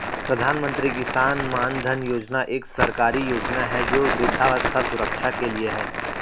प्रधानमंत्री किसान मानधन योजना एक सरकारी योजना है जो वृद्धावस्था सुरक्षा के लिए है